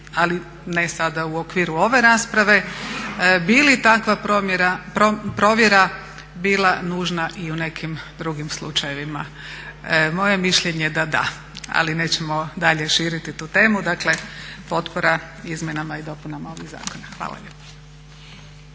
ali ne sada u okviru ove rasprave, bili takva provjera bila nužna i u nekim drugim slučajevima? Moje mišljenje je da da, ali nećemo dalje širiti tu temu, dakle potpora izmjenama i dopunama ovih zakona. Hvala lijepa.